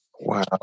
Wow